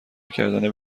کردن